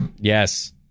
Yes